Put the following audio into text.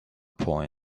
point